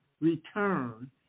return